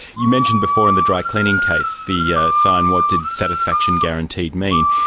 you mentioned before in the dry-cleaning case, the yeah sign what did satisfaction guaranteed mean.